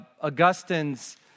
Augustine's